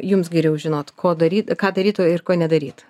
jums geriau žinot ko daryt ką daryt ir ko nedaryt